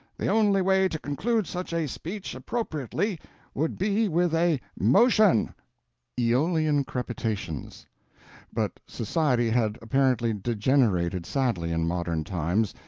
the only way to conclude such a speech appropriately would be with a motion aeolian crepitations but society had apparently degenerated sadly in modern times,